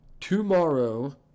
tomorrow